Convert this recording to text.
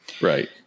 Right